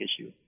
issue